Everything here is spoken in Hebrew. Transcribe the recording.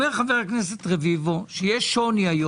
אומר חבר הכנסת רביבו שיש שוני.